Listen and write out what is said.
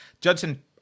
Judson